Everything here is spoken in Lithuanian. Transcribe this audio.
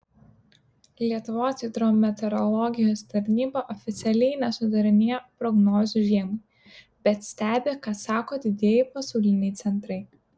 lietuvos hidrometeorologijos tarnyba oficialiai nesudarinėja prognozių žiemai bet stebi ką sako didieji pasauliniai centrai